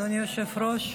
אדוני היושב-ראש,